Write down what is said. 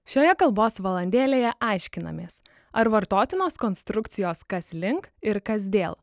šioje kalbos valandėlėje aiškinamės ar vartotinos konstrukcijos kas link ir kas dėl